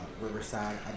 riverside